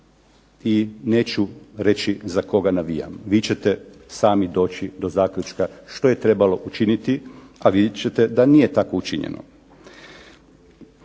i neću reći za koga navijam, vi ćete sami doći do zaključka što je trebalo učiniti, a vidjet ćete da nije tako učinjeno.